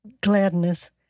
gladness